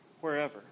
wherever